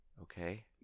okay